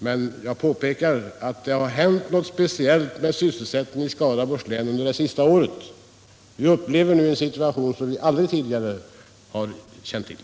Men vad jag vill påpeka är att det har hänt något speciellt med sysselsättningen i Skaraborgs län under det senaste året. Vi upplever nu en situation som vi aldrig tidigare känt till.